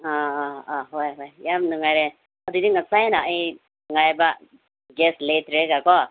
ꯑꯥ ꯑꯥ ꯑꯥ ꯍꯣꯏ ꯍꯣꯏ ꯌꯥꯝ ꯅꯨꯡꯉꯥꯏꯔꯦ ꯑꯗꯨꯗꯤ ꯉꯁꯥꯏꯅ ꯑꯩ ꯉꯥꯏꯕ ꯒ꯭ꯌꯥꯁ ꯂꯩꯇ꯭ꯔꯦꯒꯀꯣ